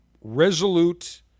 resolute